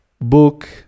book